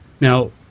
Now